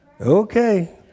Okay